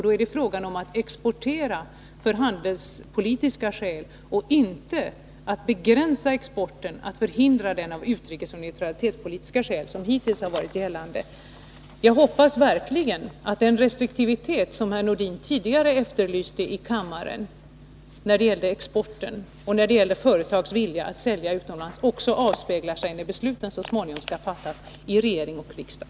Då blir det fråga om att exportera av handelspolitiska skäl och inte att begränsa exporten och förhindra den av sådana utrikesoch neutralitetspolitiska skäl som hittills har varit gällande. Jag hoppas verkligen att den restriktivitet som herr Nordin tidigare efterlyste i kammaren när det gällde exporten och när det gällde företags vilja att sälja utomlands också avspeglar sig när besluten så småningom skall fattas i regering och riksdag.